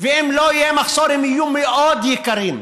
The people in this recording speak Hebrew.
ואם לא יהיה מחסור, הם יהיו מאוד יקרים,